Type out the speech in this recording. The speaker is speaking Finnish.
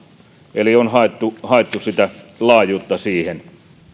eli on haettu haettu laajuutta siihen